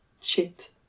chit